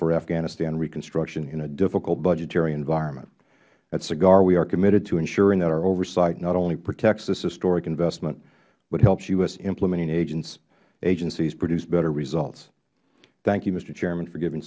for afghanistan reconstruction in a difficult budgetary environment at sigar we are committed to ensuring that our oversight not only protects this historic investment but helps u s implementing agencies produce better results thank you mister chairman for giving